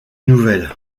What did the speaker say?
nouvelles